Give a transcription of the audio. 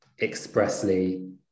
expressly